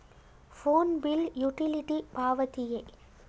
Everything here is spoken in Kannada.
ಫೋನ್ ಬಿಲ್ ಯುಟಿಲಿಟಿ ಪಾವತಿಯೇ?